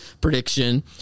prediction